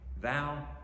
thou